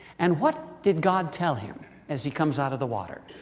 and what did god tell him as he comes out of the water?